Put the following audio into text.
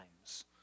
times